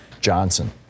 Johnson